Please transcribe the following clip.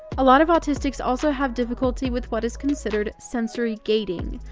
a lot of autistics also have difficulty with what is considered sensory gating,